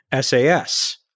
SAS